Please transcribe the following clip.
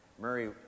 Murray